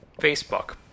Facebook